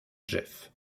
jeff